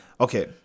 Okay